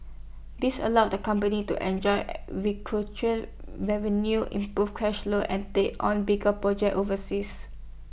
this allows the company to enjoy revenue improve cash flow and take on bigger projects overseas